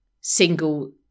single